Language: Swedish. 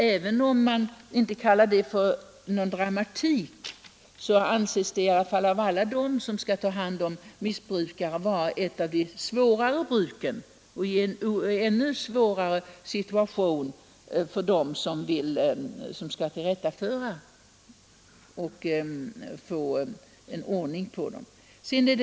Även om man inte kallar det för någon dramatik, anses det i alla fall av alla dem som skall ta hand om missbrukarna vara ett av de svårare bruken och ge en ännu svårare situation för dem som skall föra missbrukarna till rätta och få ordning på dem.